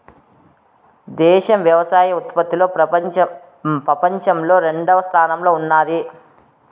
దేశం వ్యవసాయ ఉత్పత్తిలో పపంచంలో రెండవ స్థానంలో ఉన్నాది